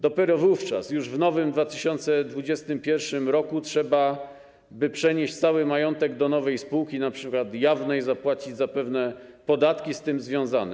Dopiero wówczas, już w nowym 2021 r., trzeba by przenieść cały majątek do nowej spółki, np. jawnej, zapłacić za pewne podatki z tym związane.